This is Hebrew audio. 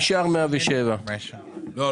נשאר 107. לא,